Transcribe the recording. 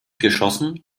geschossen